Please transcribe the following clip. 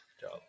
job